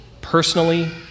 personally